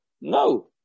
No